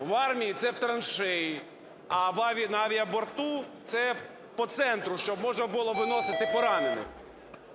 в армії – це в траншеї, а на авіаборту – це по центру, щоб можна було виносити поранених.